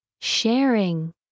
Sharing